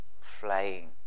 flying